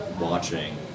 watching